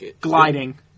Gliding